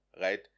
right